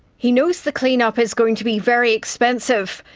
he knows the clean-up is going to be very expensive.